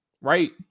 Right